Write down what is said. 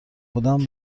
بودم